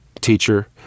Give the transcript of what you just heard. teacher